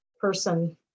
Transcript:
person